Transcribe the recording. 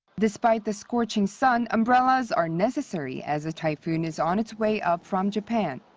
despite the scorching sun, umbrellas are necessary as a typhoon is on its way up from japan.